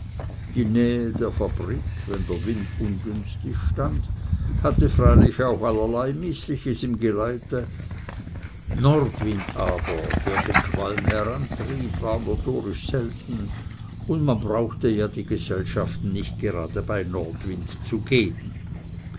die nähe der fabrik wenn der wind ungünstig stand hatte freilich auch allerlei mißliches im geleite nordwind aber der den qualm herantrieb war notorisch selten und man brauchte ja die gesellschaften nicht gerade bei nordwind zu geben